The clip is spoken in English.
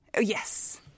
Yes